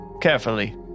carefully